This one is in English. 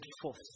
forth